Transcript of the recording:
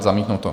Zamítnuto.